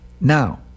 Now